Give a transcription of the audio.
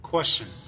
Question